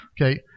Okay